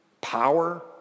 power